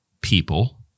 people